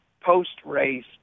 post-race